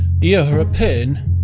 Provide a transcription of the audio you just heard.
European